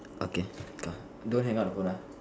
okay uh don't hang up the phone ah